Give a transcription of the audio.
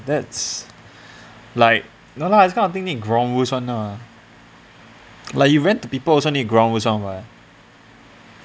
that's like no lah this kind of thing need ground rules one ah like you rent to people also need ground rules one [what]